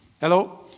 Hello